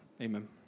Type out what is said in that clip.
Amen